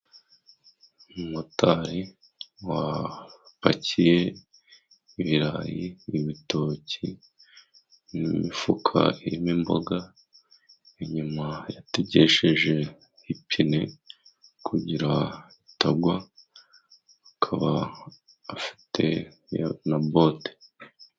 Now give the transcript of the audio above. Umumotari wapakiye ibirayi ibitoki mu imifuka irimo imboga, inyuma yategesheje ipine kugira itagwa, akaba afite na bote.